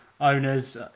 owners